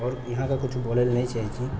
आओर यहाँके कुछ बोलैले नहि चाहै छी